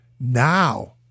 Now